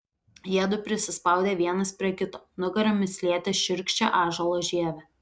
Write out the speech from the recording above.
jiedu prisispaudė vienas prie kito nugaromis lietė šiurkščią ąžuolo žievę